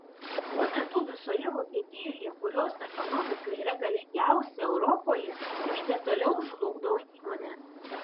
tuo metu visoje vokietijoje kurios ekonomika yra galingiausia europoje krizė toliau žlugdo įmones